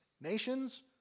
nations